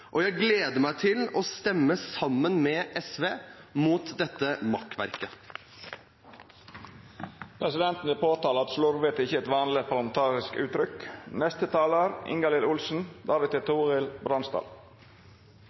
og jeg gleder meg til å stemme sammen med SV mot dette makkverket. Presidenten vil påtale at «slurvete» ikke er et vanlig parlamentarisk uttrykk.